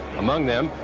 among them,